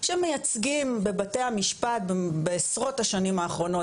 שמייצגים בבתי המשפט בעשרות השנים האחרונות